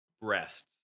breasts